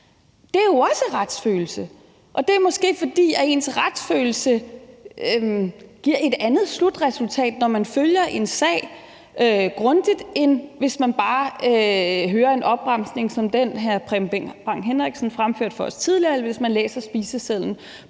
Det er jo også retsfølelse, og det er måske, fordi ens retsfølelse giver et andet slutresultat, når man følger en sag grundigt, end hvis man bare hører en opremsning som den, hr. Preben Bang Henriksen fremførte for os tidligere, eller hvis man læser spisesedlen